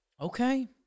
Okay